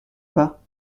pas